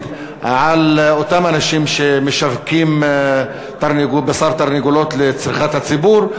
על אותם אנשים שמשווקים בשר תרנגולות לצריכת הציבור,